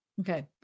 Okay